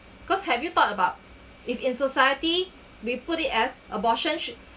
'cause have you thought about if in society we put it as abortion sh~